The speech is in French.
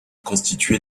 constituée